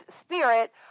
spirit